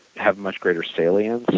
have much greater salience.